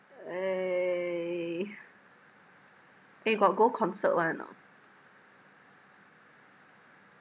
eh eh got go concert [one] or not